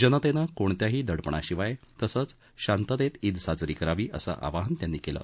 जनतेनं कोणत्याही दडपणाशिवाय तसंच शांततेत ईद साजरी करावी असं आवाहन त्यांनी केलं